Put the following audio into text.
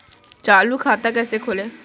चालू खाता कैसे खोलें?